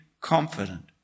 confident